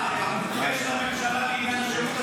שר הדתות הוא המשיב לעניין השירות